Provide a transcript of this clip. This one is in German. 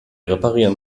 reparieren